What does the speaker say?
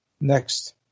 Next